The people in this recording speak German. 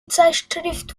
zeitschrift